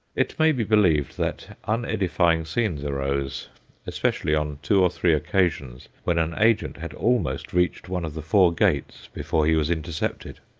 it may be believed that unedifying scenes arose especially on two or three occasions when an agent had almost reached one of the four gates before he was intercepted.